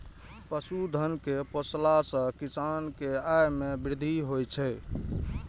पशुधन कें पोसला सं किसान के आय मे वृद्धि होइ छै